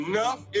Enough